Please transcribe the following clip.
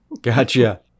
gotcha